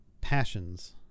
Passions